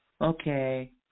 Okay